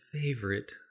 favorite